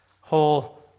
whole